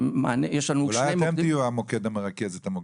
אולי אתם תהיו המוקד המרכז את המוקדים?